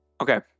Okay